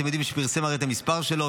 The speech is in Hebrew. אתם יודעים שהוא פרסם את המספר שלו,